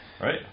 right